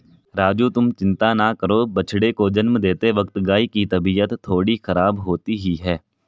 राजू तुम चिंता ना करो बछड़े को जन्म देते वक्त गाय की तबीयत थोड़ी खराब होती ही है